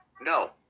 No